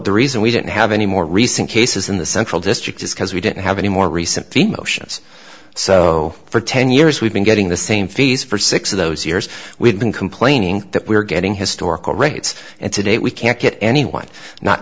the reason we didn't have any more recent cases in the central district is because we didn't have any more recent three motions so for ten years we've been getting the same fees for six of those years we've been complaining that we're getting historical rates and today we can't get anyone not